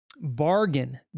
Bargain